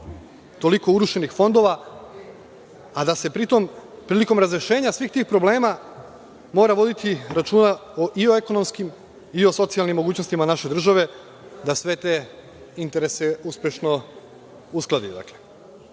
toliko urušenih fondova, a da se prilikom razrešenja svih tih problema mora voditi računa i o ekonomskim i o socijalnim mogućnostima naše države da sve te interes uspešno uskladi. Ovim